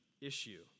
issue